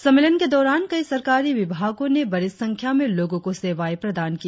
सम्मेलन के दौरान कई सरकारी विभागो ने बड़ी संख्या में लोगो को सेवाए प्रदान की